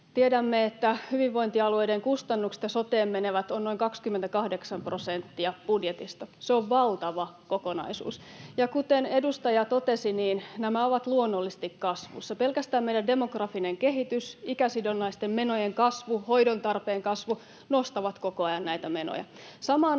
Tiedämme, että hyvinvointialueiden kustannukset, ne soteen menevät, ovat noin 28 prosenttia budjetista. Se on valtava kokonaisuus. Ja kuten edustaja totesi, nämä ovat luonnollisesti kasvussa. Pelkästään meidän demografinen kehitys, ikäsidonnaisten menojen kasvu ja hoidontarpeen kasvu nostavat koko ajan näitä menoja.